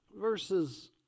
Verses